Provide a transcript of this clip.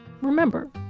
Remember